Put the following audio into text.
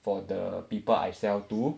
for the people I sell to